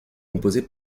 composée